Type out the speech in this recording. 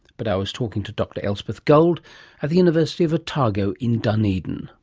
but i was talking to dr elspeth gold at the university of otago in dunedin